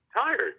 tired